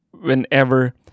whenever